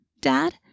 Dad